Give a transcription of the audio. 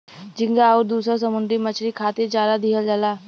झींगा आउर दुसर समुंदरी मछरी खातिर चारा दिहल जाला